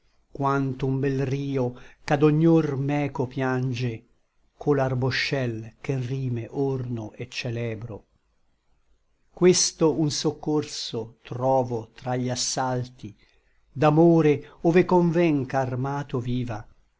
ange quant'un bel rio ch'ad ognor meco piange co l'arboscel che n rime orno et celebro questo un soccorso trovo tra gli assalti d'amore ove conven ch'armato viva